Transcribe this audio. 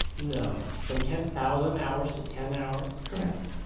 no. from ten thousand hours to ten hours? correct.